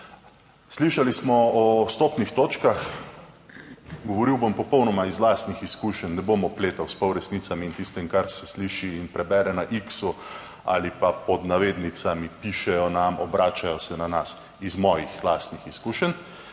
Slišali smo o vstopnih točkah. Govoril bom popolnoma iz lastnih izkušenj, ne bom opletal s polresnicami in tistim, kar se sliši in prebere na X ali pa pod navednicami pišejo nam, obračajo se na nas, iz mojih lastnih izkušenj.